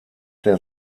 der